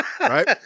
right